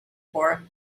for